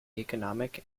economic